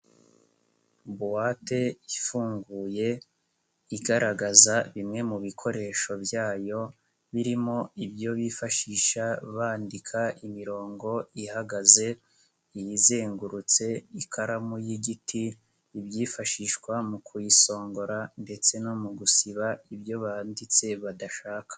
Buwate ifunguye igaragaza bimwe mu bikoresho byayo birimo ibyo bifashisha bandika imirongo ihagaze, iyizengurutse, ikaramu y'igiti, ibyifashishwa mu kuyisongora ndetse no mu gusiba ibyo banditse badashaka.